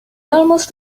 almost